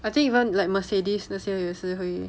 I think even like mercedes 那些也是会